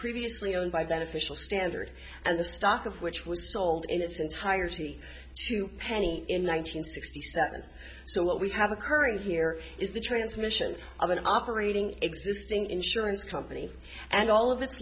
previously owned by beneficial standard and the stock of which was sold in its entirety to penny in one nine hundred sixty seven so what we have occurring here is the transmission of an operating existing insurance company and all of its